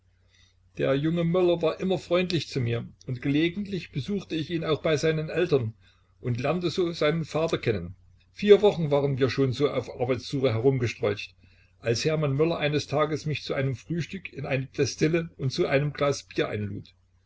der junge möller war immer freundlich zu mir und gelegentlich besuchte ich ihn auch bei seinen eltern und lernte so seinen vater kennen vier wochen waren wir schon so auf arbeitssuche herumgestrolcht als hermann möller eines tages mich zu einem frühstück in einer destille und zu einem glas bier einlud